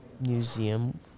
museum